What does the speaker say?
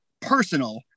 personal